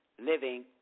Living